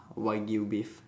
wagyu beef